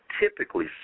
typically